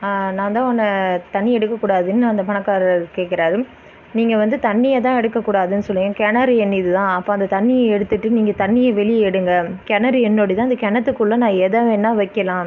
நான் தான் உன்னை தண்ணி எடுக்கக் கூடாதுனு அந்த பணக்காரர் கேட்கறாரு நீங்கள் வந்து தண்ணியை தான் எடுக்க கூடாதுனு சொன்னிங்க கிணறு என்னுது தான் அப்போது அந்த தண்ணியை எடுத்துகிட்டு நீங்கள் தண்ணியே வெளியே எடுங்க கிணறு என்னுடையது தான் அந்த கிணத்துக்குள்ள நான் எதை வேணால் வைக்கலாம்